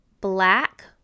black